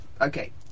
okay